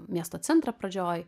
miesto centrą pradžioj